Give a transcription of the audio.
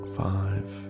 five